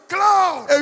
Cloud